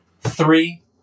Three